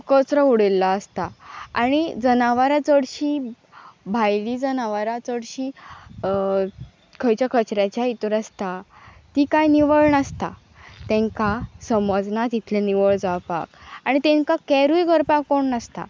कचरो उडयल्लो आसता आनी जनावरां चडशीं भायली जनावरां चडशीं खंयच्या कचऱ्याच्या हितूर आसता ती कांय निवळ नासता तेंकां समजना तितलें निवळ जावपाक आनी तांकां कॅरूय करपाक कोण नासता